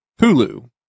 Hulu